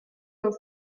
dans